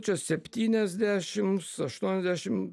čia septyniasdešims aštuoniasdešim